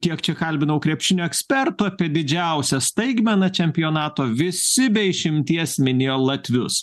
kiek čia kalbinau krepšinio ekspertų apie didžiausią staigmeną čempionato visi be išimties minėjo latvius